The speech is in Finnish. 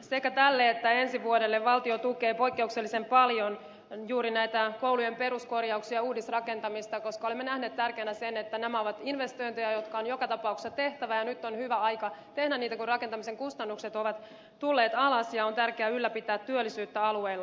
sekä tälle että ensi vuodelle valtio tukee poikkeuksellisen paljon juuri näitä koulujen peruskorjauksia ja uudisrakentamista koska olemme nähneet tärkeänä sen että nämä ovat investointeja jotka on joka tapauksessa tehtävä ja nyt on hyvä aika tehdä niitä kun rakentamisen kustannukset ovat tulleet alas ja on tärkeää ylläpitää työllisyyttä alueilla